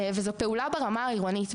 וזו פעולה ברמה הלאומית,